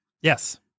Yes